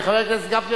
חבר הכנסת גפני,